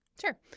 sure